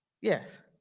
yes